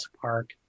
Park